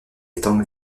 étant